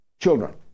children